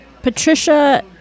Patricia